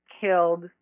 killed